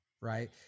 Right